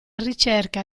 ricerca